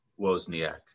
Wozniak